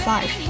Five